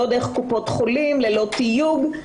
לא דרך קופות חולים ללא תיוג,